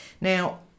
Now